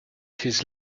his